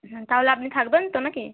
হুম তাহলে আপনি থাকবেন তো না কি